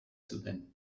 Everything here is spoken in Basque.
zuten